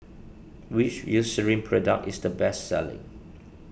which Eucerin product is the best selling